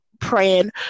praying